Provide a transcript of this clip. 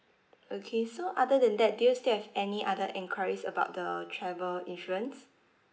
okay so other than that do you still have any other enquiries about the travel insurance